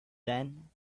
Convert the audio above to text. then